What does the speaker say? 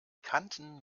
kanten